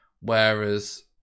Whereas